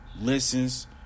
listens